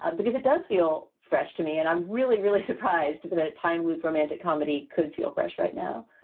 ah because it does feel fresh to me. and i'm really, really surprised that a time loop romantic comedy could feel fresh right now